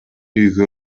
үйгө